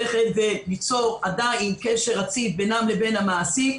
ליצור עדיין קשר רציף בינם לבין המעסיק,